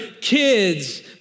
kids